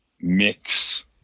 mix